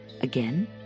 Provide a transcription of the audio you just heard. again